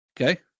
Okay